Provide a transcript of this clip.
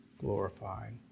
glorified